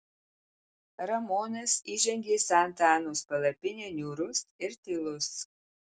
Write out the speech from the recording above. ramonas įžengė į santa anos palapinę niūrus ir tylus